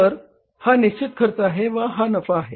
तर हा निश्चित खर्च आहे व हा नफा आहे